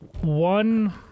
one